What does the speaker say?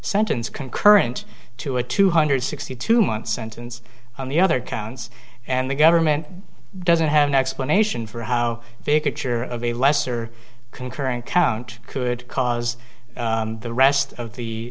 sentence concurrent to a two hundred sixty two month sentence on the other counts and the government doesn't have an explanation for how they could sure of a lesser concurrent count could cause the rest of the